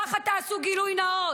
ככה תעשו גילוי נאות.